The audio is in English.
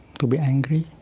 to be angry,